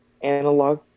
analog